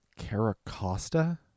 Caracosta